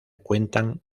cuentan